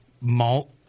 malt